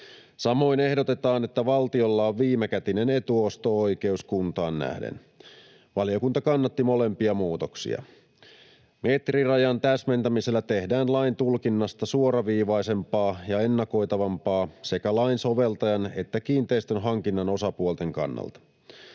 Samoin ehdotetaan, että valtiolla on viimekätinen etuosto-oikeus kuntaan nähden. Valiokunta kannatti molempia muutoksia. Metrirajan täsmentämisellä tehdään lain tulkinnasta suoraviivaisempaa ja ennakoitavampaa sekä lain soveltajan että kiinteistön hankinnan osapuolten kannalta.